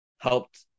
helped